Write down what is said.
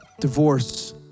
divorce